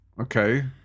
okay